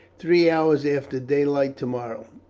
three hours after daylight tomorrow.